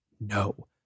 No